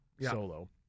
solo